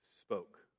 spoke